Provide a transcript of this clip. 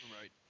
Right